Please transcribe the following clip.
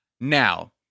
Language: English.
Now